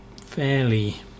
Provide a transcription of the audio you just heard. fairly